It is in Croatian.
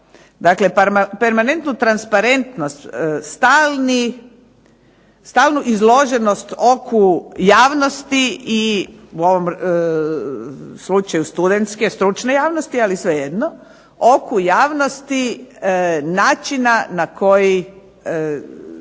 dakle permanentnu transparentnost, stalnu izloženost oku javnosti i u ovom slučaju studentske stručne javnosti, ali svejedno, oku javnosti načina na koji